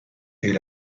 est